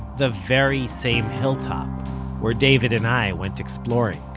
the very same hilltop where david and i went exploring